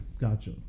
gotcha